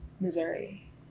Missouri